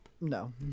No